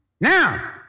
Now